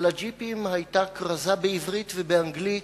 על הג'יפים היתה כרזה בעברית ובאנגלית: